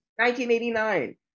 1989